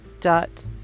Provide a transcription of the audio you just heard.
dot